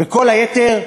וכל היתר,